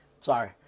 sorry